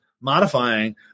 modifying